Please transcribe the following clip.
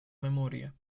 memoria